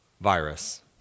virus